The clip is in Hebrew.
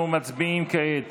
אנחנו מצביעים כעת